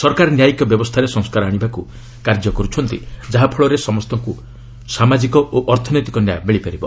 ସରକାର ନ୍ୟାୟିକ ବ୍ୟବସ୍ଥାରେ ସଂସ୍କାର ଆଣିବାକୁ କାର୍ଯ୍ୟ କର୍ତ୍ଥନ୍ତି ଯାହାଫଳରେ ସମସ୍ତଙ୍କୁ ସାମାଜିକ ଓ ଅର୍ଥନୈତିକ ନ୍ୟାୟ ମିଳିପାରିବ